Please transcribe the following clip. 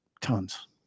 Tons